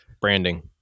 Branding